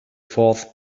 fourth